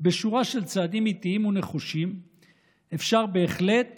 בשורה של צעדים איטיים ונחושים אפשר בהחלט